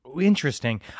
interesting